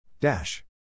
Dash